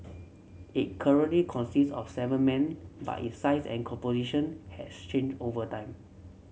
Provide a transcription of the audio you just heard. it currently consists of seven men but it size and composition has changed over time